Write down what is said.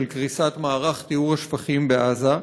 של קריסת מערך טיהור השפכים בעזה,